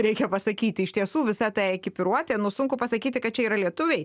reikia pasakyti iš tiesų visa ta ekipiruotė nu sunku pasakyti kad čia yra lietuviai